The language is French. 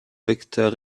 vecteur